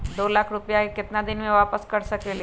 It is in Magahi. दो लाख रुपया के केतना दिन में वापस कर सकेली?